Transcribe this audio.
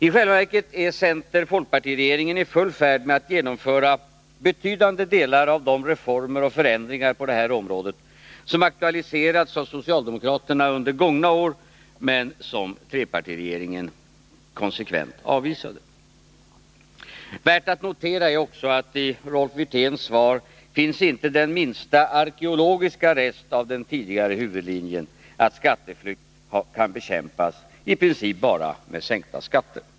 I själva verket är center-folkparti-regeringen i full färd med att genomföra betydande delar av de reformer och förändringar på det här området som aktualiserats av socialdemokraterna under gångna år, men som trepartiregeringen konsekvent avvisade. Värst att notera är också att det i Rolf Wirténs svar inte finns den minsta arkeologiska rest av den tidigare huvudlinjen, dvs. att skatteflykt kan bekämpas i princip bara med sänkta skatter.